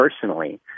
personally